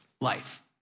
life